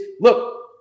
look